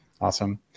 Awesome